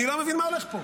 אני לא מבין מה הולך פה.